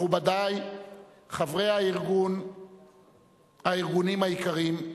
מכובדי חברי הארגונים היקרים,